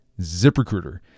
ZipRecruiter